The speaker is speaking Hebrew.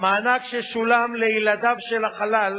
המענק ששולם לילדיו של החלל,